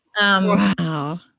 Wow